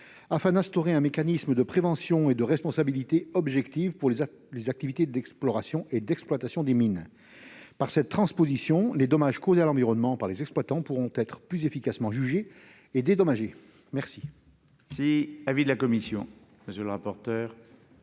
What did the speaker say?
afin d'instaurer un mécanisme de prévention et de responsabilité objective pour les activités d'exploration et d'exploitation des mines. Par cette transposition, les dommages causés à l'environnement par les exploitants pourront être plus efficacement jugés et dédommagés. Quel